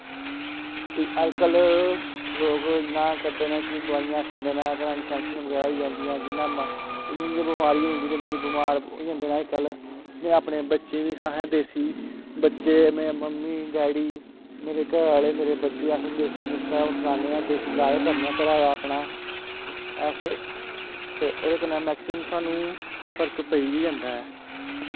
ते अजकल्ल लोक इन्ना करदे न कि दोआइयां खंदे न अगर इंफैक्शन बगैरा होई जंदी ऐ इन्नी गै बमारी होई जंदी ऐ ते इन्ने बमार होई जंदे न अजकल्ल में अपने बच्चें बी असें देस्सी बच्चे में मम्मी डैडी मेरे घरै आह्ले मेरे बच्चे अस देस्सी नुकसा अपनाने आं देस्सी लाज गै करने आं घरा दा अपना अस ते ओह्दे कन्नै मैक्सिमम साह्नू फर्क पेई गै जंदा ऐ